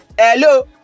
hello